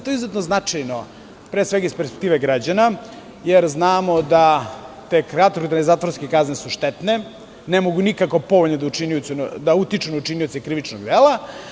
To je izuzetno značajno iz perspektive građana jer znamo da su zatvorske kazne štetne, ne mogu nikako povoljno da utiču na učinioce krivičnog dela.